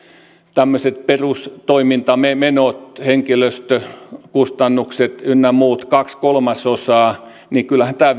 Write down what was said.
tämmöiset perustoimintamenot henkilöstökustannukset ynnä muut syövät kaksi kolmasosaa niin että kyllähän tämä